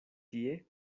tie